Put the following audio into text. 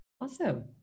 Awesome